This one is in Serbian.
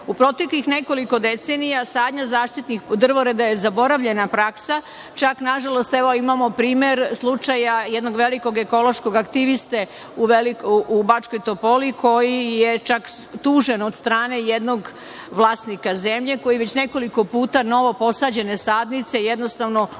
proteklih nekoliko decenija sadnja zaštitnih drvoreda je zaboravljena praksa. Čak, nažalost, evo imamo primer slučaja jednog velikog ekološkog aktiviste u Bačkoj Topoli, koji je čak tužen od strane jednog vlasnika zemlje koji već nekoliko puta novoposađene sadnice jednostavno uništava